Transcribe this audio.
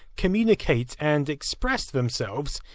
communicate, and express themselves,